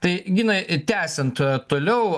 tai ginai tęsiant toliau